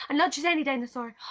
and not just any dinosaur.